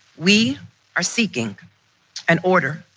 we are seeking an order